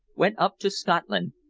went up to scotland,